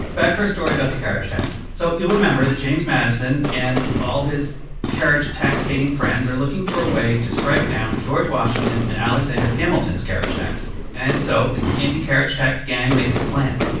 back to our story about the carriage tax. so you'll remember that james madison and all his carriage tax-hating friends are looking for a way to strike down george washington and alexander hamilton's carriage tax. and so the anti-carriage tax gang makes a plan.